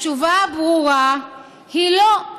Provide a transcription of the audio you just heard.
התשובה הברורה היא לא.